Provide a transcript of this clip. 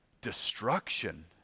destruction